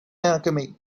alchemy